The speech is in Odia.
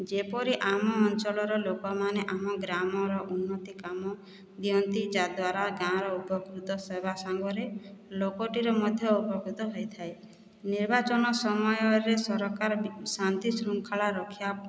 ଯେପରି ଆମ ଅଞ୍ଚଳର ଲୋକମାନେ ଆମ ଗ୍ରାମର ଉନ୍ନତି କାମ ଦିଅନ୍ତି ଯାଦ୍ଵାରା ଗାଁ ର ଉପକୃତ ସେବା ସାଙ୍ଗରେ ଲୋକଟିର ମଧ୍ୟ ଉପକୃତ ହୋଇଥାଏ ନିର୍ବାଚନ ସମୟରେ ସରକାର ବି ଶାନ୍ତି ଶୃଙ୍ଖଳା ରକ୍ଷା